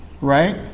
right